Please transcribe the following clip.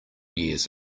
years